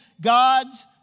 God's